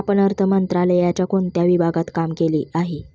आपण अर्थ मंत्रालयाच्या कोणत्या विभागात काम केले आहे?